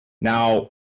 Now